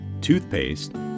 toothpaste